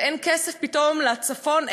אין כסף פתאום לצפון,